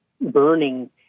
burning